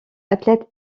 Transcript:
athlète